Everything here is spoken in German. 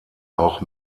auch